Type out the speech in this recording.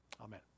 Amen